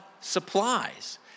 supplies